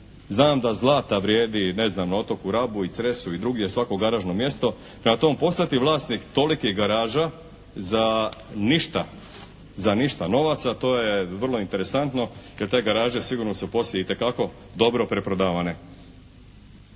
Znam da zlata vrijedi, ne znam, na otoku Rabu i Cresu i drugdje svako garažno mjesto. Prema tome postati vlasnik tolikih garaža za ništa, za ništa novaca to je vrlo interesantno jer te garaže sigurno su poslije itekako dobro preprodavane.